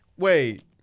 Wait